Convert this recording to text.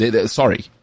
Sorry